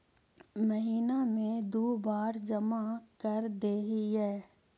महिना मे दु बार जमा करदेहिय?